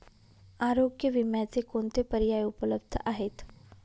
आरोग्य विम्याचे कोणते पर्याय उपलब्ध आहेत?